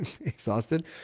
exhausted